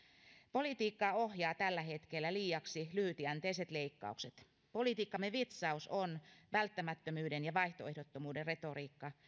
politiikkaa ohjaavat tällä hetkellä liiaksi lyhytjänteiset leikkaukset politiikkamme vitsaus on välttämättömyyden ja vaihtoehdottomuuden retoriikka